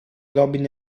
robin